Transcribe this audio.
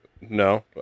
No